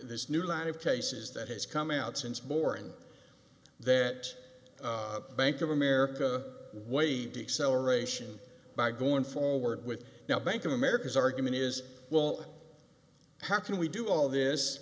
this new line of cases that has come out since boring that bank of america waived excel ration by going forward with now bank of america's argument is well how can we do all